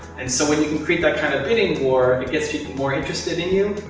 and so, when you can create that kind of bidding war, it gets people more interested in you,